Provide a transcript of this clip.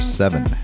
seven